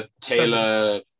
Taylor